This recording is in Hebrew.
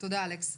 תודה, אלכס.